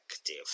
active